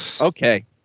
Okay